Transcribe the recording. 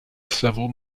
several